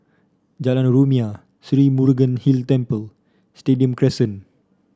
Jalan Rumia Sri Murugan Hill Temple Stadium Crescent